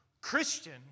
Christian